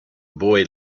boy